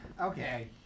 Okay